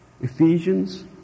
Ephesians